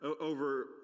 over